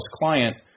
client